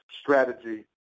strategy